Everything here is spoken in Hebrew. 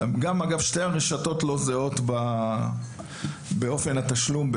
גם שתי הרשתות לא זהות ביניהן באופן התשלום,